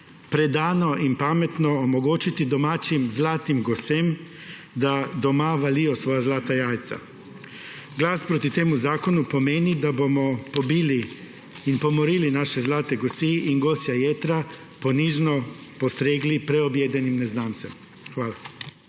predano in pametno omogočiti domačim zlatim gosem, da doma valijo svoja zlata jajca. Glas proti temu zakonu pomeni, da bomo pobili in pomorili naše zlate gosi in gosja jetra ponižno postregli preobjedenim neznancem. Hvala.